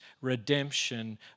redemption